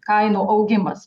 kainų augimas